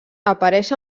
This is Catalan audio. apareix